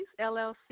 LLC